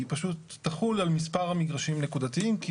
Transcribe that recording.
היא פשוט תחול על מספר מגרשים נקודתיים כי